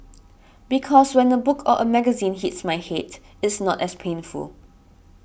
because when a book or a magazine hits my head it's not as painful